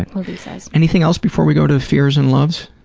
like movie says. anything else before we go to fears and loves?